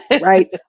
right